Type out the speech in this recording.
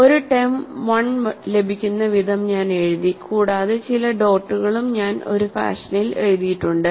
ഒരു term one ലഭിക്കുന്ന വിധം ഞാൻ എഴുതി കൂടാതെ ചില ഡോട്ടുകളും ഞാൻ ഒരു ഫാഷനിൽ എഴുതിയിട്ടുണ്ട്